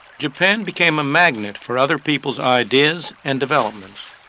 japan became a magnet for other people's ideas and developments.